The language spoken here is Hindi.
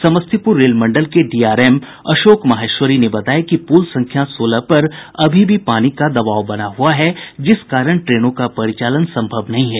समस्तीपुर रेल मंडल के डीआरएम अशोक महेश्वरी ने बताया कि पुल संख्या सोलह पर अभी भी पानी का दबाव बना हुआ है जिस कारण ट्रेनों का परिचालन सम्भव नहीं है